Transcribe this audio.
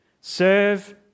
Serve